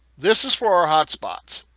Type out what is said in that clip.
this is for our hotspots